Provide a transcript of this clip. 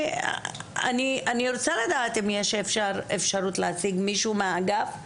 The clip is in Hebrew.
יש אפשרות להשיג מישהו מאגף שכר,